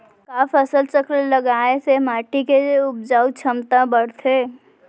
का फसल चक्र लगाय से माटी के उपजाऊ क्षमता बढ़थे?